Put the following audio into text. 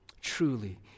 Truly